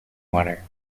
water